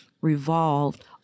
revolved